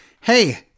hey